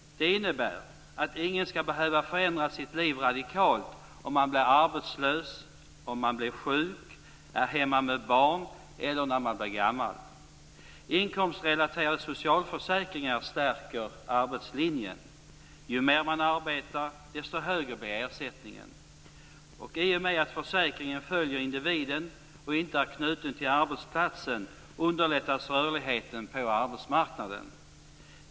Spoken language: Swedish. Det innebär att ingen skall behöva förändra sitt liv radikalt om man blir arbetslös, om man blir sjuk, om man är hemma med barn eller när man blir gammal. Inkomstrelaterade socialförsäkringar stärker arbetslinjen. Ju mer man arbetar, desto högre blir ersättningen. I och med att försäkringen följer individen och inte är knuten till arbetsplatsen, underlättas rörligheten på arbetsmarknaden.